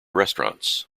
restaurants